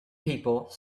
people